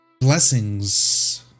blessings